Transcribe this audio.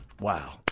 wow